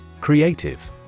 Creative